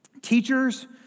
Teachers